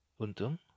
Untung